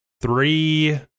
three